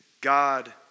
God